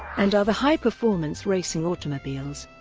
and other high-performance racing automobiles.